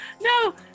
No